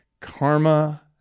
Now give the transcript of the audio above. karma